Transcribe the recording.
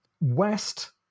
West